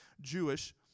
Jewish